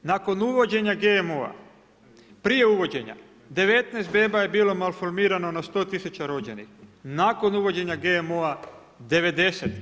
Nakon uvođenja GMO, prije uvođenja, 19 beba je bilo malformirano na 100000 rođenih, nakon uvođenja GMO 90.